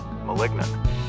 malignant